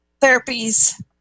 therapies